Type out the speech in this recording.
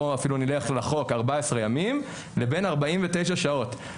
אפילו נלך לחוק 14 ימים ובין 49 שעות.